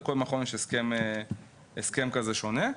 לכל מכון יש הסכם שונה כזה,